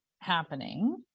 happening